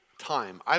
time